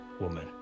woman